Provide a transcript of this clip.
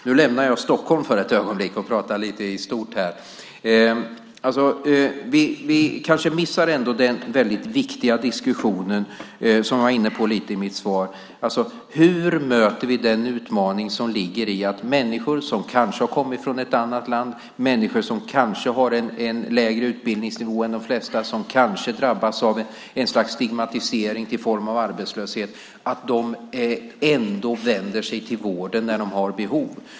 Nu lämnar jag Stockholm för ett ögonblick och pratar lite i stort. Vi kanske missar den väldigt viktiga diskussion som jag var inne på lite i mitt svar. Hur möter vi den utmaning som ligger i att människor som kanske har kommit från ett annat land, som kanske har en lägre utbildningsnivå än de flesta, som kanske drabbas av ett slags stigmatisering i form av arbetslöshet ändå vänder sig till vården när de har behov?